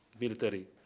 military